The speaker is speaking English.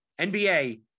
NBA